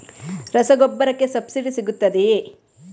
ರಸಗೊಬ್ಬರಕ್ಕೆ ಸಬ್ಸಿಡಿ ಸಿಗುತ್ತದೆಯೇ?